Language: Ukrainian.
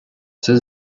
цей